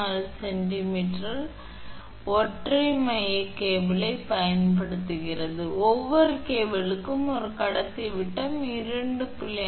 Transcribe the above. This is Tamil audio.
4 கிமீ நீளம் 3 ஒற்றை மைய கேபிளைப் பயன்படுத்துகிறது ஒவ்வொரு கேபிளுக்கும் ஒரு கடத்தி விட்டம் 2